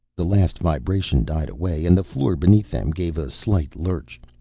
the last vibration died away, and the floor beneath them gave a slight lurch.